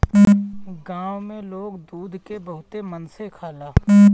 गाँव में लोग दूध के बहुते मन से खाला